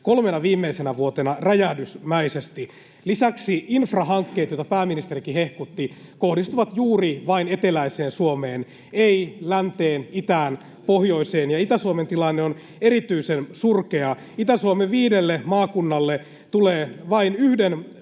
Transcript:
kolmena viimeisenä vuotena räjähdysmäisesti. Lisäksi infrahankkeet, joita pääministerikin hehkutti, kohdistuvat juuri vain eteläiseen Suomeen, ei länteen, itään ja pohjoiseen, ja Itä-Suomen tilanne on erityisen surkea: [Jani Mäkelä: Ei pidä paikkaansa!] Itä-Suomen viidelle maakunnalle